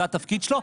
זה התפקיד שלו,